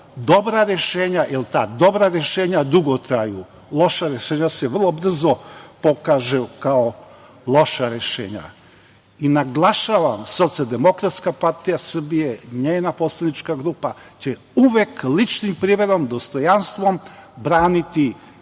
dobra rešenja, jer ta dobra rešenja dugo traju. Loša rešenja se vrlo brzo pokažu kao loša rešenja. Naglašavam, Socijaldemokratska partija Srbije i njena poslanička grupa će uvek ličnim primerom, dostojanstvom, braniti